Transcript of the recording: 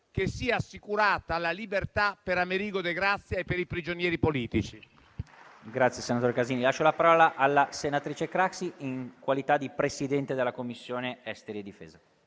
che sia assicurata la libertà per Américo de Grazia e per i prigionieri politici.